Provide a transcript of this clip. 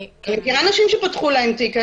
אני חוזרת אחרי הדברים של היועצת המשפטית לוועדה.